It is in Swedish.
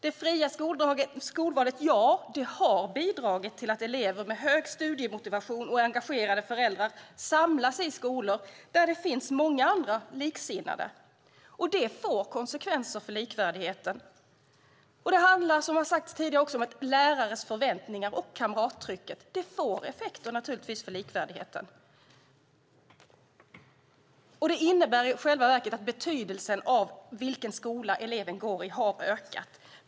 Det fria skolvalet har bidragit till att elever med hög studiemotivation och engagerade föräldrar samlas i skolor där det finns många likasinnade, och det får konsekvenser för likvärdigheten. Som har sagts tidigare får lärares förväntningar och kamrattrycket naturligtvis effekter för likvärdigheten. Det innebär i själva verket att betydelsen av vilken skola eleven går i har ökat.